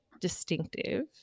distinctive